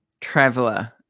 traveler